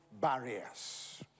barriers